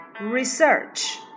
research